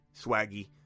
Swaggy